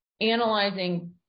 analyzing